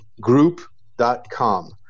group.com